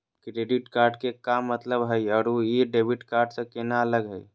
Credit card के का मतलब हई अरू ई डेबिट कार्ड स केना अलग हई?